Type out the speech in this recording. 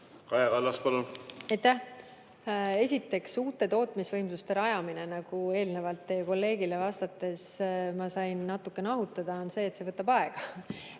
Esiteks, uute tootmisvõimsuste rajamine – eelnevalt teie kolleegile vastates ma sain natuke nahutada – võtab aega.